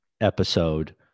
episode